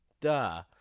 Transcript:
duh